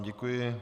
Děkuji.